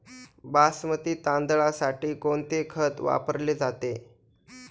बासमती तांदळासाठी कोणते खत वापरले जाते?